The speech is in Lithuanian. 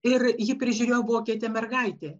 ir jį prižiūrėjo vokietė mergaitė